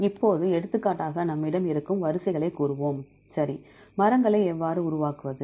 இப்போது எடுத்துக்காட்டாக நம்மிடம் இருக்கும் வரிசைகளைக் கூறுவோம்சரி மரங்களை எவ்வாறு உருவாக்குவது